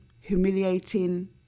humiliating